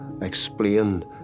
explain